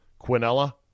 quinella